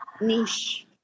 niche